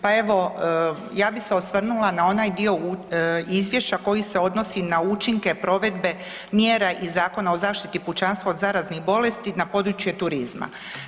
Pa evo, ja bi se osvrnula na onaj dio izvješća koji se odnosi na učinke provedba mjera iz Zakona o zaštiti pučanstva od zaraznih bolesti na području turizma.